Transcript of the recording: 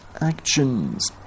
actions